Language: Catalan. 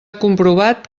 comprovat